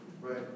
right